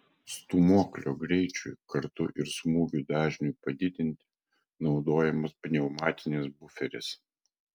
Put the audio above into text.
stūmoklio greičiui kartu ir smūgių dažniui padidinti naudojamas pneumatinis buferis